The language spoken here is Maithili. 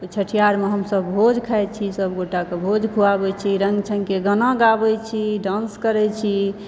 ओ छठिहारमे हमसब भोज खाइ छी सब गोटाकऽ भोज खुआबै छी रङ्ग छङ्गके गाना गाबै छी डान्स करै छी